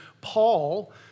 Paul